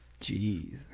Jeez